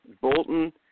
Bolton